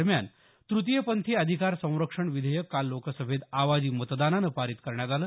दरम्यान तृतीयपंथी अधिकार संरक्षण विधेयक काल लोकसभेत आवाजी मतदानानं पारित करण्यात आलं